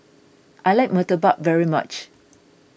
I like Murtabak very much